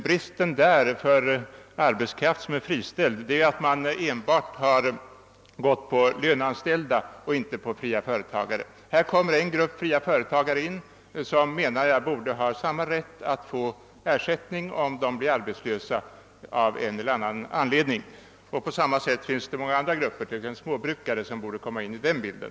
Bristen i utredningsförslaget är emellertid att man enbart har gått på löneanställda och inte tagit med fria företagare. Yrkesfiskarna är en grupp fria företagare som borde ha samma rätt att få ersättning om de av en eller annan anledning blir arbetslösa. Det finns även andra grupper, t.ex. småbrukare, som borde komma in i bilden.